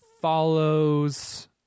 follows